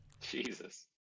Jesus